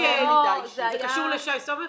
זה קשור לשי סומך?